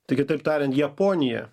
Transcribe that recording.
tai kitaip tariant japonija